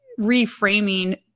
reframing